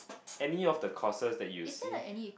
any of the courses that you see